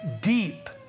deep